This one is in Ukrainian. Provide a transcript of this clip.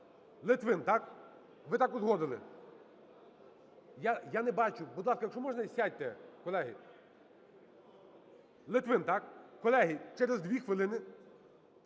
Литвин, так? Ви так узгодили? Я не бачу. Будь ласка, якщо можна, сядьте, колеги. Литвин, так? Колеги, через дві хвилини